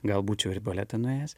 gal būčiau ir į baletą nuėjęs